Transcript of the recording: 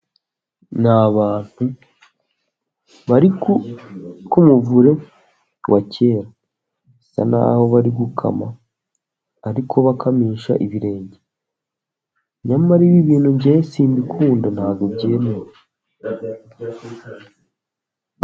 Ni abantu bari k'umuvure wa kera bisa n'aho bari gukama , ariko bakamisha ibirenge, nyamara ibi bintu njye simbikunda ntabwo byemewe.